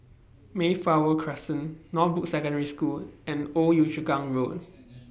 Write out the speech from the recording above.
Mayflower Crescent Northbrooks Secondary School and Old Yio Chu Kang Road